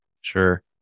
Sure